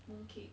mooncake